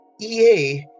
EA